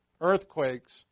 earthquakes